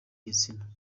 gitsina